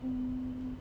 mm